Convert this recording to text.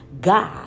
God